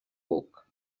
buc